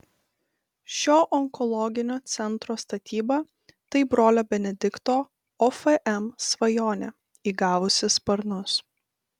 šio onkologinio centro statyba tai brolio benedikto ofm svajonė įgavusi sparnus